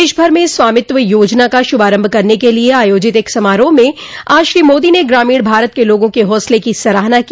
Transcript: देश भर में स्वामित्व योजना का श्रभारंभ करने के लिए आयोजित एक समारोह में आज श्री मोदी ने ग्रामीण भारत के लोगों के हौसले की सराहना की